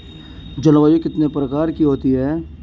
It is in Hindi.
जलवायु कितने प्रकार की होती हैं?